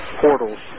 portals